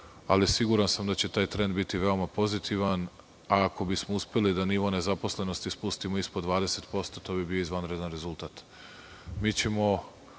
ali siguran sam da će taj trend biti veoma pozitivan. Ako bismo uspeli da nivo nezaposlenosti spustimo ispod 20%, to bi bio izvanredan rezultat. Sve